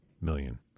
million